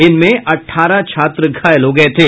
इनमें अठारह छात्र घायल हो गये थे